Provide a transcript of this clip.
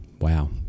Wow